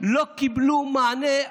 לא קיבלו מענה,